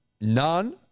None